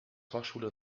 fachschule